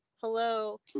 hello